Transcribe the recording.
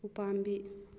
ꯎꯄꯥꯝꯕꯤ